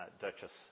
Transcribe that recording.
Duchess